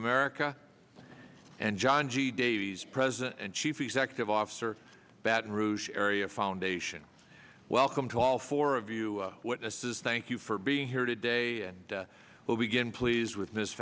america and john g davies president and chief executive officer baton rouge area foundation welcome to all four of you witnesses thank you for being here today and will begin please with this